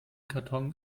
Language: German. karton